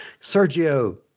Sergio